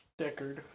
Deckard